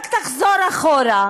רק תחזור אחורה,